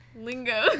lingo